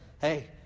hey